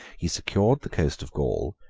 he secured the coast of gaul,